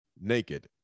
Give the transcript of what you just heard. naked